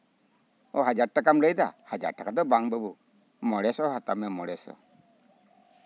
ᱦᱟᱡᱟᱨ ᱴᱟᱠᱟᱢ ᱞᱟᱹᱭᱫᱟ ᱦᱟᱡᱟᱨ ᱴᱟᱠᱟ ᱫᱚ ᱵᱟᱝ ᱵᱟᱹᱵᱩ ᱢᱚᱬᱮ ᱥᱚ ᱦᱟᱛᱟᱣᱢᱮ ᱢᱚᱬᱮ ᱥᱚ